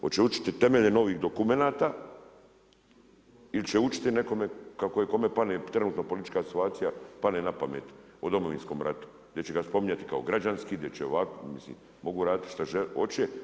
Hoće učiti temelje novih dokumenata ili će učiti o nekome kako kome pane trenutno politička situacija pane na pamet o Domovinskom ratu, gdje će ga spominjati kao građanski, gdje će, mislim mogu raditi šta hoće.